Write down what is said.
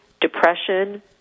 depression